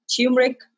turmeric